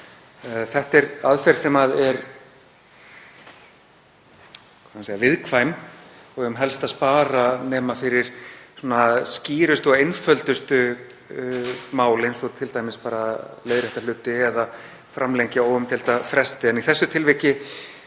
Þetta er aðferð sem er viðkvæm og við eigum helst að spara nema fyrir skýrustu og einföldustu mál, eins og t.d. bara að leiðrétta hluti eða framlengja óumdeilda fresti. Í þessu tilviki